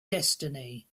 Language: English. destiny